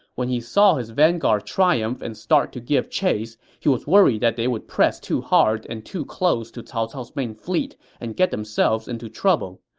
when he saw his vanguard triumph and start to give chase, he was worried they would press too hard and too close to cao cao's main fleet and get themselves into trouble.